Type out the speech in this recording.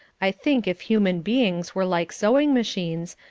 i think if human beings were like sewing-machines,